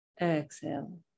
Exhale